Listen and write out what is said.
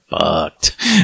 fucked